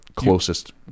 closest